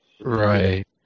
Right